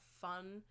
fun